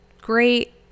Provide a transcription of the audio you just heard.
great